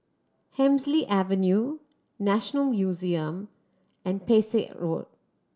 Hemsley Avenue National Museum and Pesek Road